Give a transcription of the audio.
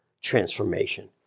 transformation